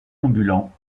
ambulants